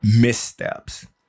missteps